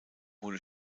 wurde